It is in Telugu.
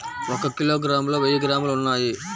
ఒక కిలోగ్రామ్ లో వెయ్యి గ్రాములు ఉన్నాయి